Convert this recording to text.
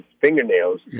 fingernails